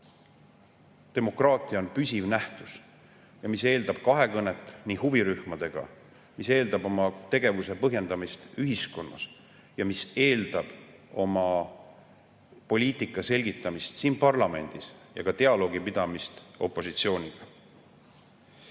Demokraatia on püsiv nähtus, mis eeldab kahekõnet huvirühmadega, mis eeldab oma tegevuse põhjendamist ühiskonnas ja mis eeldab oma poliitika selgitamist siin parlamendis ja dialoogi pidamist opositsiooniga.